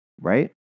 right